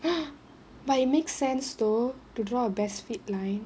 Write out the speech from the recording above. but it makes sense though to draw a best fit line